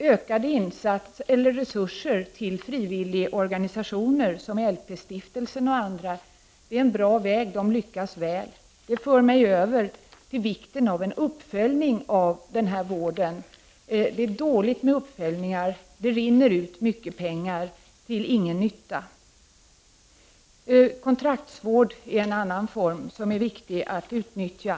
Ökade insatser och resurser måste ges till frivilliga organisationer som t.ex. LP-stiftelsen. Det är en bra väg, de lyckas väl. Det är även viktigt med uppföljning av vården. Det är dåligt med uppföljningen i dag. Det rinner ut mycket pengar till ingen nytta. Kontraktsvård är en annan form av vård som är viktig att utnyttja.